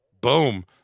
Boom